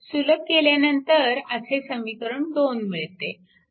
सुलभ केल्यानंतर असे समीकरण 2 मिळते